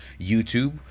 YouTube